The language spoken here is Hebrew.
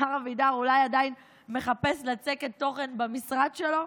השר אבידר אולי עדיין מחפש לצקת תוכן במשרד שלו?